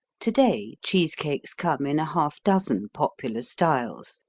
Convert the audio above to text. today cheese cakes come in a half dozen popular styles,